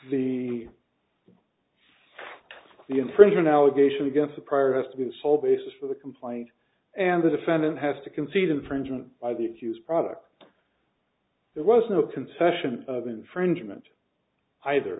the the infringement allegation against a prior has to be the sole basis for the complaint and the defendant has to concede infringement by the accused product there was no concession of infringement either